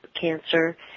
cancer